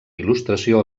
il·lustració